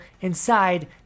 inside